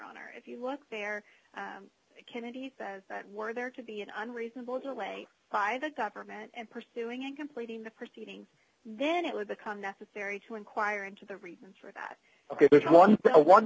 honor if you look there kennedy says that were there to be an unreasonable as a lay by the government and pursuing and completing the proceedings then it would become necessary to inquire into the reasons for that there's one the one